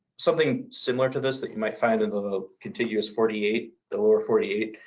something similar to this that you might find in the contiguous forty eight, the lower forty eight,